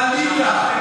חלילה,